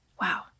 Wow